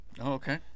okay